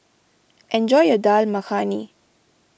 enjoy your Dal Makhani